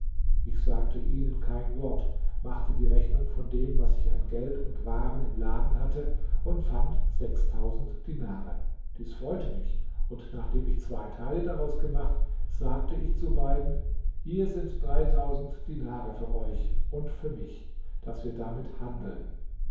ich sagte ihnen kein wort machte die rechnung von dem was ich an geld und waren im laden hatte und fand dinare dies freute mich und nachdem ich zwei teile daraus gemacht sagte ich zu beiden hier sind dinare für euch und für mich daß wir damit handeln